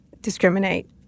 discriminate